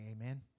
amen